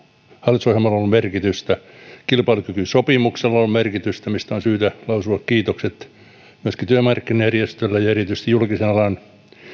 hallitusohjelmalla on ollut merkitystä kilpailukykysopimuksella on ollut merkitystä mistä on syytä lausua kiitokset myöskin työmarkkinajärjestöille ja erityisesti julkisen alan